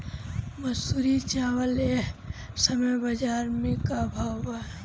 मंसूरी चावल एह समय बजार में का भाव बा?